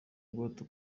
bwato